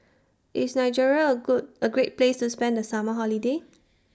IS Nigeria A Good A Great Place to spend The Summer Holiday